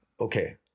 okay